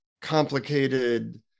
complicated